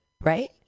Right